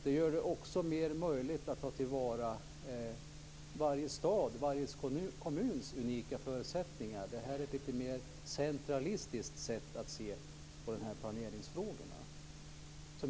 Det gör det också lättare att ta till vara varje stads och varje kommuns unika förutsättningar. Det här är ett lite mer centralistiskt sätt att se på de här planeringsfrågorna.